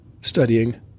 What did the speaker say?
studying